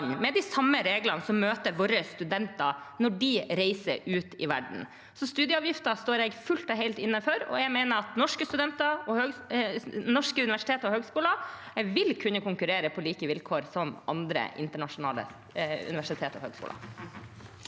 med de samme reglene som møter våre studenter når de reiser ut i verden. Så studieavgiften står jeg fullt og helt inne for, og jeg mener at norske universiteter og høgskoler vil kunne konkurrere på like vilkår som andre internasjonale universiteter og høgskoler.